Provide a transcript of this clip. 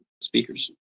speakers